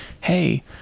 Hey